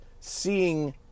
seeing